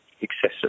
excessive